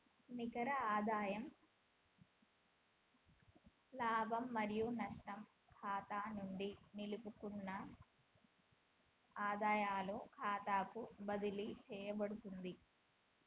నికర ఆదాయ లాభం మరియు నష్టం ఖాతా నుండి నిలుపుకున్న ఆదాయాల ఖాతాకు బదిలీ చేయబడతాంది